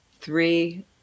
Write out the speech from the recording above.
three